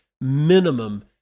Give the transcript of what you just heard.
minimum